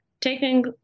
taking